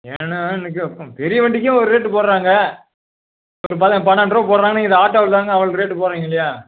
என்ன வேறு நிற்க பெரிய வண்டிக்கும் ஒரு ரேட்டு போடுறாங்க இப்போ பன பன்னெண்ட்ருவா போடுறாங்க நீங்கள் இந்த ஆட்டோவில் இருந்து அவ்வளோ ரேட்டு போடுறீங்க இல்லையா